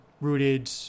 rooted